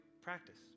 practice